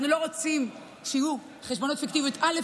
אנחנו לא רוצים שיהיו חשבוניות פיקטיביות, א.